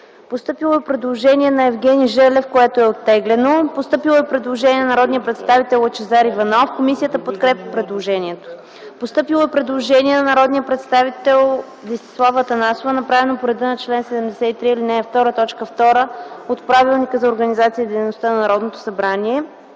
Постъпило е предложение на Евгений Желев, което е оттеглено. Постъпило е предложение на народния представител Лъчезар Иванов. Комисията подкрепя предложението. Постъпило е предложение на народния представител Десислава Атанасова, направено по реда на чл. 73, ал. 2, т. 2 от Правилника за организацията и дейността на Народното събрание.